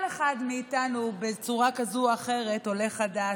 כל אחד מאיתנו הוא בצורה כזאת או אחרת עולה חדש,